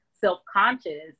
self-conscious